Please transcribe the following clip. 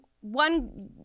One